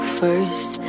first